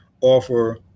offer